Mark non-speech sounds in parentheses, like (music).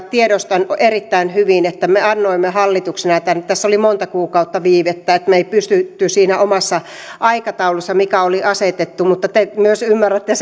(unintelligible) tiedostan erittäin hyvin että kun me annoimme hallituksena tämän tässä oli monta kuukautta viivettä eli me emme pysyneet siinä omassa aikataulussa mikä oli asetettu mutta te myös ymmärrätte (unintelligible)